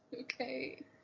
Okay